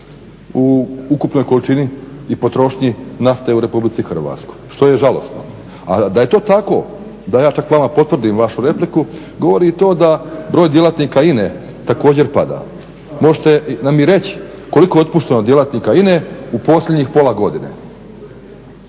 u ukupnoj količini i potrošnji nafte u RH. Što je žalosno. A da je to tako, da ja čak vama potvrdim vašu repliku govori i to da broj djelatnika INA-e također pada. Možete nam i reći koliko je otpušteno djelatnika INA-e u posljednjih pola godine?